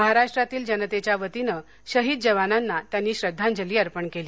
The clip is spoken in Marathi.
महाराष्ट्रातील जनतेच्या वतीन शहीद जवानांना त्यांनी श्रद्धांजली अर्पण केली